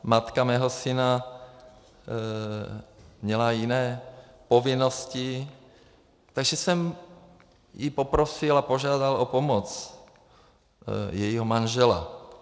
Matka mého syna měla jiné povinnosti, takže jsem ji poprosil a požádal o pomoc jejího manžela.